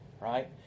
Right